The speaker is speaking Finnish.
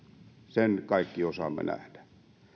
sen kaikki osaamme nähdä